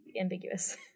ambiguous